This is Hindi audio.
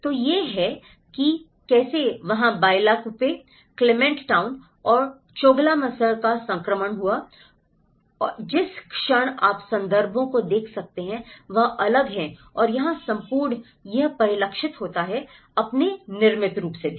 तो यह है कि कैसे वहाँ Bylakuppe क्लेमेंट टाउन और चोगलामसर का संक्रमण हुआ है जिस क्षण आप संदर्भ को देख सकते हैं वह अलग है और यहाँ संपूर्ण यह परिलक्षित होता है अपने निर्मित रूप से भी